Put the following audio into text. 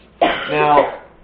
Now